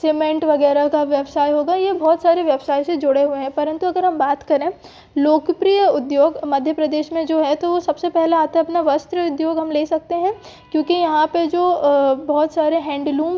cement वग़ैरह का व्यवसाय हो गया ये बहुत सारे व्यवसाय से जुड़े हुए हैं परंतु अगर आप बात करें लोकप्रिय उद्योग तो मध्य प्रदेश में जो है तो वो सबसे पहला आता है अपना वस्त्र उद्योग हम ले सकते हैं क्योंकि यहाँ पर जो बहुत सारे हैंडलूम